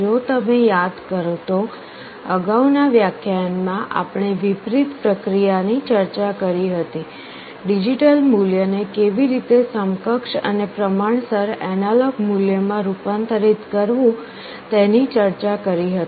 જો તમે યાદ કરો તો અગાઉના વ્યાખ્યાનમાં આપણે વિપરીત પ્રક્રિયાની ચર્ચા કરી હતી ડિજિટલ મૂલ્યને કેવી રીતે સમકક્ષ અને પ્રમાણસર એનાલોગ મૂલ્યમાં રૂપાંતરિત કરવું તેની ચર્ચા કરી હતી